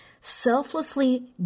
selflessly